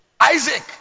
Isaac